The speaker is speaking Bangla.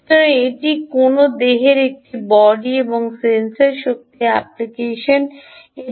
সুতরাং এটি যদি কোনও দেহ একটি বডি এবং সেন্সর শক্তি অ্যাপ্লিকেশন হয়